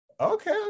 Okay